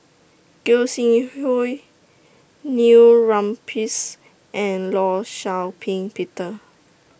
Gog Sing Hooi Neil Humphreys and law Shau Ping Peter